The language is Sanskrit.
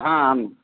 आ आं